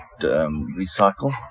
recycle